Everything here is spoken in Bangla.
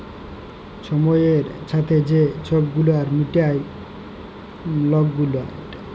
ছময়ের ছাথে যে ছব ধার গুলা মিটায় লক গুলা